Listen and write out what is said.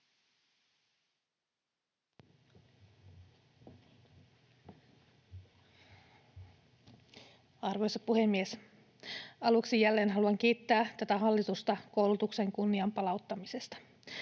Arvoisa puhemies! Aluksi jälleen haluan kiittää tätä hallitusta koulutuksen kunnian palauttamisesta.